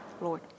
Lord